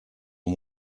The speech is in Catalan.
amb